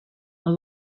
are